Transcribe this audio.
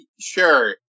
Sure